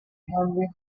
henry